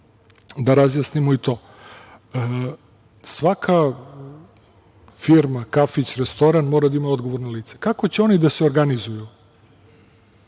da razjasnimo i to, svaka firma, kafić, restoran mora da ima odgovorno lice. Kako će oni da se organizuju